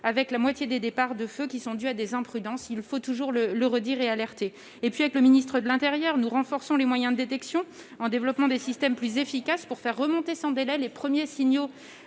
que la moitié d'entre eux sont dus à des imprudences. Il faut sans cesse le dire et alerter sur ce point. Avec le ministre de l'intérieur, nous renforçons également les moyens de détection, en développant des systèmes plus efficaces pour faire remonter sans délai les premiers signaux